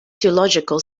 theological